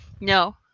No